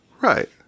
right